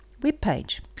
webpage